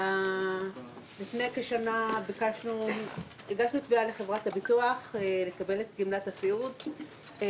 לפני כשנה הגשנו תביעה לחברת הביטוח לקבל את גמלת הסיעוד.